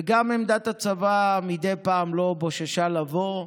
וגם עמדת הצבא מדי פעם לא בוששה לבוא.